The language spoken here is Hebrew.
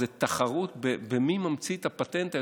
זאת תחרות על מי ממציא את הפטנט היותר-גדול,